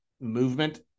movement